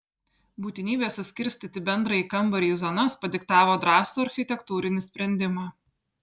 būtinybė suskirstyti bendrąjį kambarį į zonas padiktavo drąsų architektūrinį sprendimą